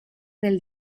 del